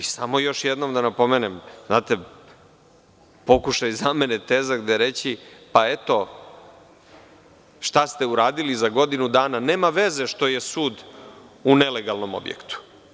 Samo još jednom da napomenem, pokušaj zamene teza, gde reći – eto, šta ste uradili za godinu dana, nema veze što je sud u nelegalnom objektu.